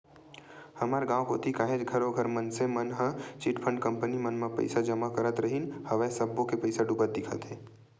हमर गाँव कोती काहेच घरों घर मनसे मन ह चिटफंड कंपनी मन म पइसा जमा करत रिहिन हवय सब्बो के पइसा डूबत दिखत हे